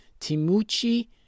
Timuchi